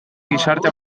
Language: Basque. gizarte